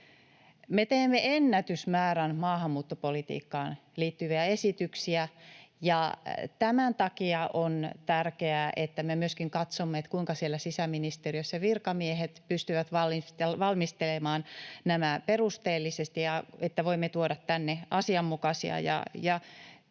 teemme ennätysmäärän maahanmuuttopolitiikkaan liittyviä esityksiä, ja tämän takia on tärkeää, että me myöskin katsomme, kuinka siellä sisäministeriössä virkamiehet pystyvät valmistelemaan nämä perusteellisesti ja voimme tuoda tänne asianmukaisia